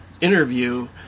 interview